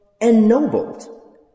ennobled